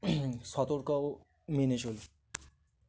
সতর্কও মেনে চল